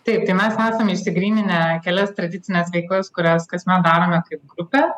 taip tai mes esam išsigryninę kelias tradicines veiklas kurias kasmet darome kaip grupę